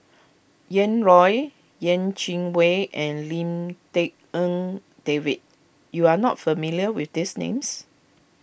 Ian Loy Yeh Chi Wei and Lim Tik En David you are not familiar with these names